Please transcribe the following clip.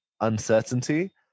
uncertainty